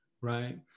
right